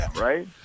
Right